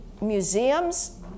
museums